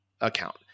account